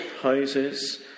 Houses